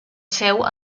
seu